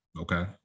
Okay